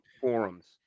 forums